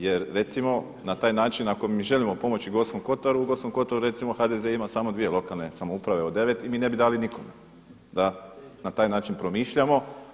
Jer recimo na taj način ako mi želimo pomoći Gorskom kotaru, u Gorskom kotaru recimo HDZ ima samo dvije lokalne samouprave od devet i mi ne bi dali nikom da na taj način promišljamo.